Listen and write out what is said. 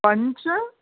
पञ्च